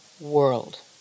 world